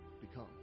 become